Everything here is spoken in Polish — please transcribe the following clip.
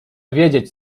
wiedzieć